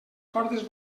cordes